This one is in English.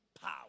power